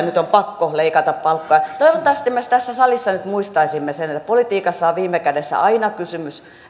nyt on pakko leikata palkkoja toivottavasti me tässä salissa nyt muistaisimme sen että politiikassa on viime kädessä aina kysymys